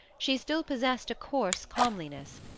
she still possessed a coarse comeliness,